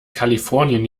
kalifornien